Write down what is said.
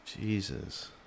Jesus